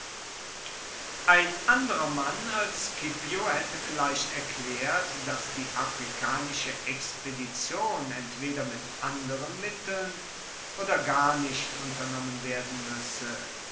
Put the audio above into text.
ein anderer mann als scipio haette vielleicht erklaert dass die afrikanische expedition entweder mit anderen mitteln oder gar nicht unternommen werden muesse